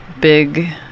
big